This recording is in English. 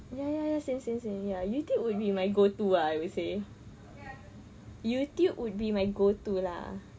ya ya ya same same same ya youtube would be my go to ah I will say youtube would be my go to lah